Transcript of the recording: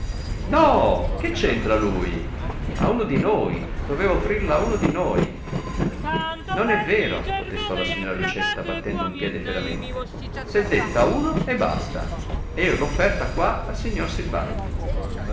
no che c'entra lui a uno di noi doveva offrirla uno di noi non è vero protestò la signora lucietta battendo un piede fieramente s'è detto a uno e basta e io l ho offerta qua al signor silvagni